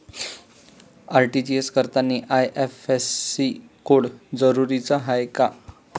RTGS करतांनी IFSC code जरुरीचा हाय का?